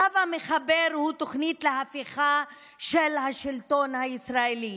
הקו המחבר הוא תוכנית להפיכה של השלטון הישראלי